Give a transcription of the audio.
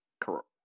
Correct